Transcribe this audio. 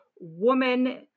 woman